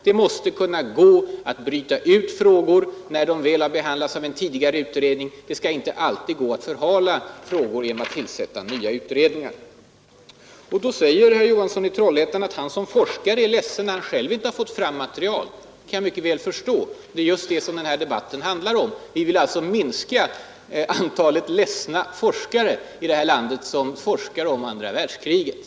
Det måste kunna gå att bryta ut frågor som har behandlats av en tidigare utredning. Det skall inte alltid gå att förhala frågor genom att tillsätta nya utredningar. Herr Johansson i Trollhättan säger att han själv som forskare är ledsen när han inte får fram material. Det kan jag mycket väl förstå. Det är bl.a. det som den här debatten handlar om: vi vill minska antalet ledsna forskare i det här landet, de som forskar om andra världskriget.